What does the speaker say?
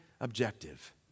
objective